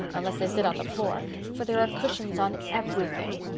unless they sit on the floor, for there are cushions on everything.